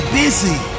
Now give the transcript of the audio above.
busy